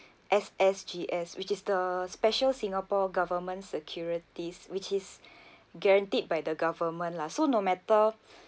S_S_G_S which is the special singapore government securities which is guaranteed by the government lah so no matter